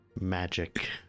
Magic